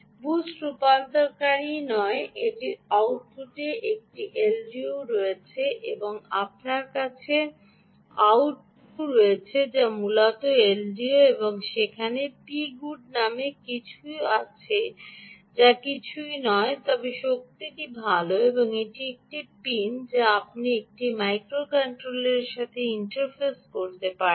boost রূপান্তরকারীই নয় এটির আউটপুটে একটি এলডিওও রয়েছে এবং আপনার কাছে আউট 2 রয়েছে যা মূলত এলডিও এবং সেখানে Pgood নামে কিছু আছে যা কিছুই নয় তবে শক্তিটি ভাল এবং এটি একটি পিন যা আপনি একটি মাইক্রোকন্ট্রোলারের সাথে ইন্টারফেস করতে পারেন